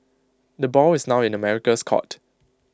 the ball is now in the America's court